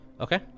Okay